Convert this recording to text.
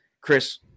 Chris